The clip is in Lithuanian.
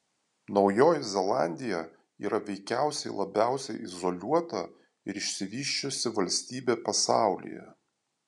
naujoji zelandija yra veikiausiai labiausiai izoliuota ir išsivysčiusi valstybė pasaulyje